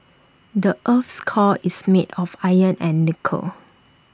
the Earth's core is made of iron and nickel